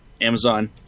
Amazon